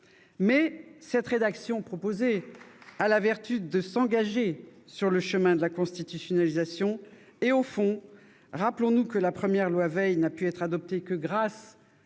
par notre collègue a pour vertu de s'engager sur le chemin de la constitutionnalisation. Au fond, rappelons-nous que la première loi Veil n'a pu être adoptée que grâce à un travail